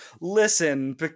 listen